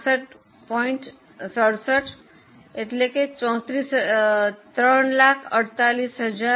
67 36666